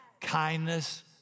Kindness